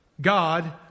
god